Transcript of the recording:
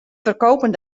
verkopen